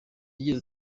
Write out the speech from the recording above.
agira